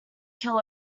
kill